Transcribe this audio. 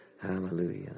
Hallelujah